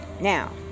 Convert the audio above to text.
Now